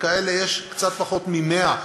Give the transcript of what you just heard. וכאלה יש קצת פחות מ-100,